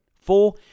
Four